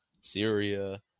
Syria